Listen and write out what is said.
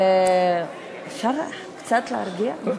אפשר קצת להרגיע?